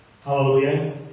Hallelujah